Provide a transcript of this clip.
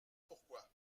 pourquoi